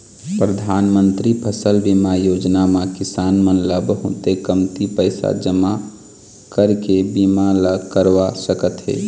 परधानमंतरी फसल बीमा योजना म किसान मन ल बहुते कमती पइसा जमा करके बीमा ल करवा सकत हे